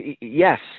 yes